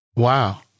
Wow